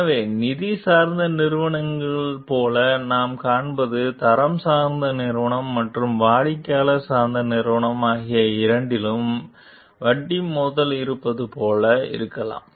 எனவே நிதி சார்ந்த நிறுவனங்கள் போல நாம் காண்பது தரம் சார்ந்த நிறுவனம் மற்றும் வாடிக்கையாளர் சார்ந்த நிறுவனம் ஆகிய இரண்டிலும் வட்டி மோதல் இருப்பது போல இருக்கலாம்